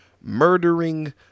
murdering